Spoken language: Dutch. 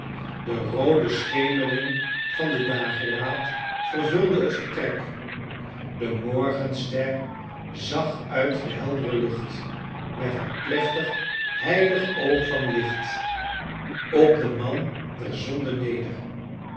de roode schemering van den dageraad vervulde het vertrek de morgenster zag uit de heldere lucht met haar plechtig heilig oog van licht op den man der zonde neder